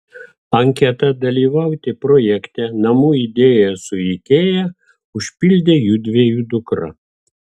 anketą dalyvauti projekte namų idėja su ikea užpildė judviejų dukra